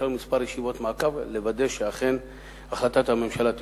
יש לנו כמה ישיבות מעקב לוודא שאכן החלטת הממשלה תיושם.